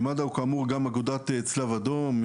מד"א הוא כאמור גם אגודת צלב אדום,